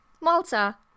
Malta